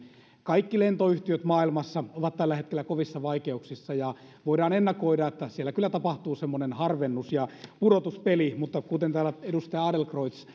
kaikki lentoyhtiöt maailmassa ovat tällä hetkellä kovissa vaikeuksissa ja voidaan ennakoida että siellä kyllä tapahtuu semmoinen harvennus ja pudotuspeli mutta kuten täällä edustaja adlercreutz